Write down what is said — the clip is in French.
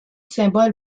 symbole